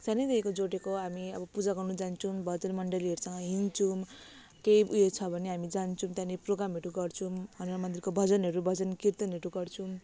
सानैदेखि जोडेको हामी अब पूजा गर्न जान्छौँ भजन मण्डलीहरूसँग हिँड्छौँ के उयो छ भने हामी जान्छौँ त्यहाँनेरि प्रोग्रामहरू गर्छौँ हनुमान मन्दिरको भजनहरू भजन कीर्तनहरू गर्छौँ